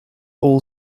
all